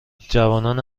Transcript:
جوانان